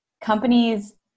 Companies